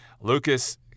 Lucas